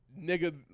nigga